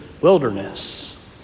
wilderness